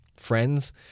friends